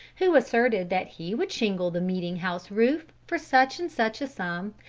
who asserted that he would shingle the meeting-house roof for such and such a sum,